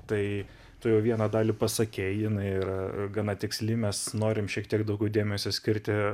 tai tu jau vieną dalį pasakei jinai yra gana tiksli mes norim šiek tiek daugiau dėmesio skirti